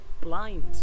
blind